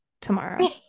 tomorrow